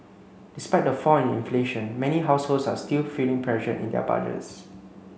despite the fall in inflation many households are still feeling pressure in their budgets